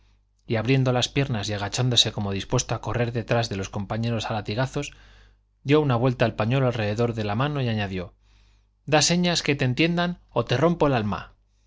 y abriendo las piernas y agachándose como dispuesto a correr detrás de los compañeros a latigazos dio una vuelta al pañuelo alrededor de la mano y añadió da señas que se entiendan o te rompo el alma